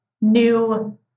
new